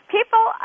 People